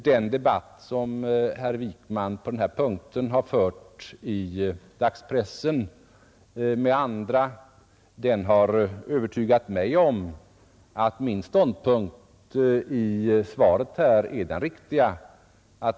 Den debatt som herr Wijkman på den här punkten har fört i dagspressen med andra har övertygat mig om att min ståndpunkt i svaret här är den riktiga.